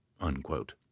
unquote